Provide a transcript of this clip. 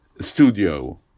studio